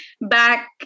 Back